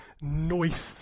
Noise